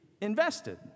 invested